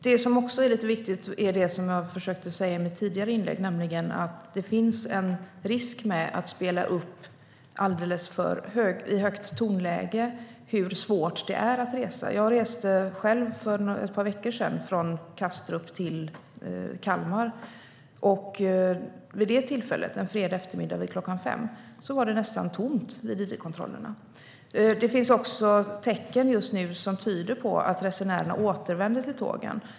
Det som också är viktigt är det jag har försökt säga i mina tidigare inlägg, nämligen att det finns en risk med att spela upp i alldeles för högt tonläge för att beskriva hur svårt det är att resa. Jag reste själv för ett par veckor sedan från Kastrup till Kalmar. Vid det tillfället, en fredag eftermiddag vid klockan fem, var det nästan tomt vid id-kontrollerna. Det finns just nu tecken som tyder på att resenärerna återvänder till tågen.